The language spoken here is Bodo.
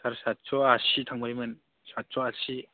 सारायसादस' आसि थांबायमोन सादस' आसि